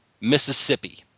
Mississippi